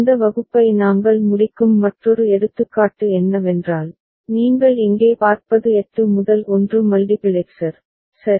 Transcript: இந்த வகுப்பை நாங்கள் முடிக்கும் மற்றொரு எடுத்துக்காட்டு என்னவென்றால் நீங்கள் இங்கே பார்ப்பது 8 முதல் 1 மல்டிபிளெக்சர் சரி